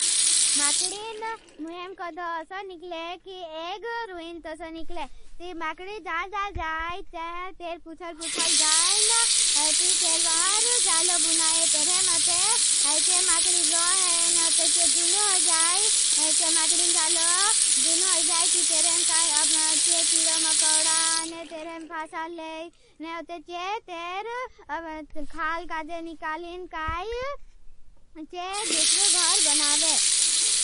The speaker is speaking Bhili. माकडिन मुहें कदो सो निकले कि एग रूइन तो सो निकले। माकडिन जाजा जाए तेर पुछल पुछल जाएन ती तेर बार जालो बुनाये। माकडिन जालो जून हो जाए ती तेर कीड़ो मकड़ा बासा लेगे। तेर खाल काजे निकलें काई तेर दूसरो घर बनावे।